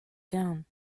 down